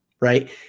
Right